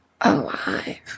alive